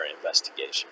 investigation